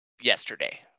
yesterday